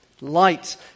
Light